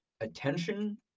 attention